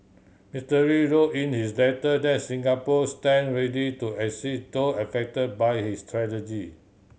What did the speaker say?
Mister Lee wrote in his letter that Singapore stand ready to assist those affect by his tragedy